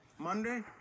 Monday